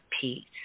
peace